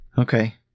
Okay